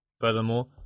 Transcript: Furthermore